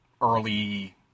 early